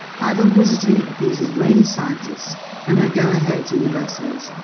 by the wizardry of these israeli scientists and their go-ahead universities.